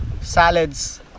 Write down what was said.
salads